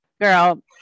girl